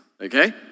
Okay